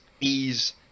ease